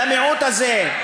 למיעוט הזה,